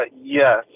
Yes